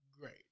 great